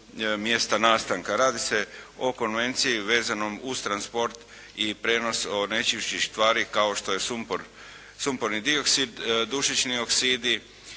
mjesta nastanka. Radi se o konvenciji vezanom uz transport i prijenos najčešćih tvari kao što je sumpor. Sumporni dioksid,